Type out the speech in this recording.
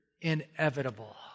inevitable